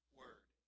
word